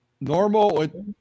Normal